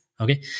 Okay